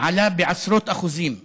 עלה בעשרות אחוזים,